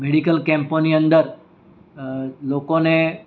medical કેમ્પોની અંદર લોકોને